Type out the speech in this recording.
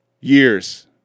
Years